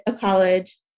college